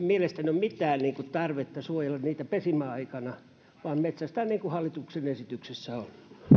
mielestäni ole mitään tarvetta suojella niitä pesimäaikana vaan voi metsästää niin kuin hallituksen esityksessä